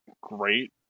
great